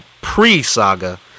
pre-Saga